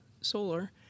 solar